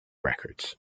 records